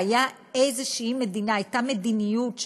והייתה איזושהי מדיניות,